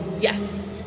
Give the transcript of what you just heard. Yes